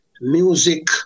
Music